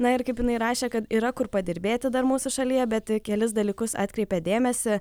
na ir kaip jinai rašė kad yra kur padirbėti dar mūsų šalyje bet į kelis dalykus atkreipė dėmesį